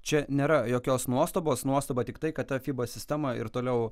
čia nėra jokios nuostabos nuostaba tiktai kada fiba sistema ir toliau